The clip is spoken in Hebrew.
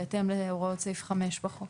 בהתאם להוראות סעיף 5 בחוק.